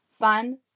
Fun